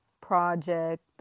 project